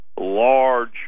large